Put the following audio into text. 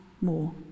more